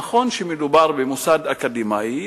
נכון שמדובר במוסד אקדמי,